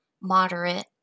moderate